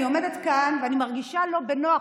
אני עומדת כאן ואני מרגישה לא בנוח,